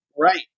Right